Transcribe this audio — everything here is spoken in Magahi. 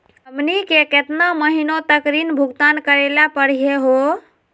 हमनी के केतना महीनों तक ऋण भुगतान करेला परही हो?